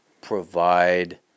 provide